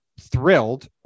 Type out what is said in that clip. thrilled